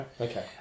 Okay